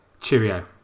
cheerio